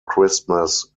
christmas